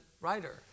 writer